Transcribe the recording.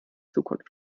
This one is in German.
zukunft